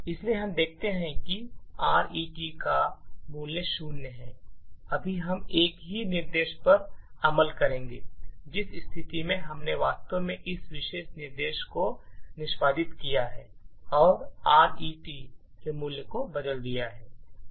इसलिए हम देखते हैं कि आरईटी का मूल्य शून्य है अभी हम एक ही निर्देश पर अमल करेंगे जिस स्थिति में हमने वास्तव में इस विशेष निर्देश को निष्पादित किया है और आरईटी के मूल्य को बदल दिया है